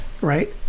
right